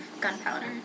gunpowder